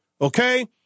okay